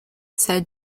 said